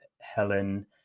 Helen